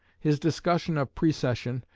his discussion of precession,